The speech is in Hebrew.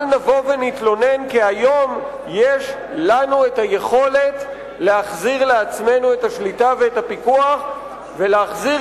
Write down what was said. כי היום יש לנו את היכולת להחזיר לעצמנו את השליטה ואת הפיקוח ולהחזיר